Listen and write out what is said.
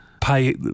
pay